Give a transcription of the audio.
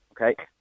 Okay